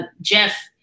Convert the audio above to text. Jeff